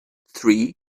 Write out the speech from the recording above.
three